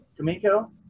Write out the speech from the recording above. Kamiko